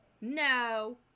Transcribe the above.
No